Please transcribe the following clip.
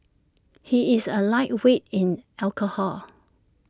he is A lightweight in alcohol